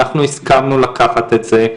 אנחנו הסכמנו לקחת את זה,